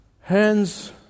hands